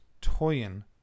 toying